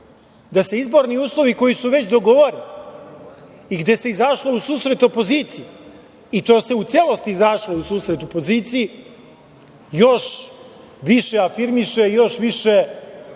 da se izborni uslovi, koji su već dogovoreni i gde se izašlo u susret opoziciji, i to se u celosti izašlo u susret opoziciji, još više afirmiše, još više